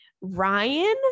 Ryan